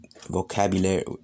vocabulary